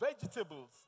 vegetables